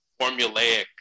formulaic